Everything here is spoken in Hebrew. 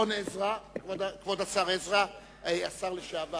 השר לשעבר